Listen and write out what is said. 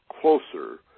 closer